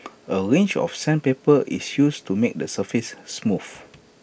A range of sandpaper is used to make the surface smooth